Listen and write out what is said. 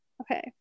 Okay